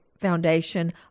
Foundation